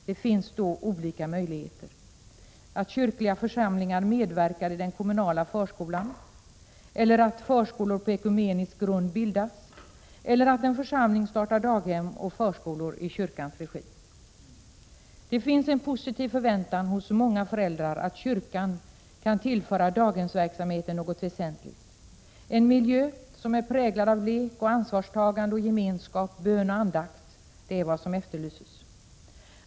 Det finns då olika möjligheter: att förskolor på ekumenisk grund bildas, och Det finns en positiv förväntan hos många föräldrar att kyrkan kan tillföra daghemsverksamheten något väsentligt. En miljö som är präglad av lek, ansvarstagande, gemenskap, bön och andakt är vad som efterlyses.